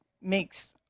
makes